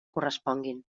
corresponguin